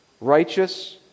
righteous